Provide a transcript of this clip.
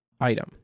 item